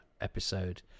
episode